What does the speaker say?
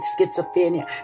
schizophrenia